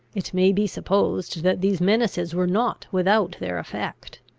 it may be supposed that these menaces were not without their effect.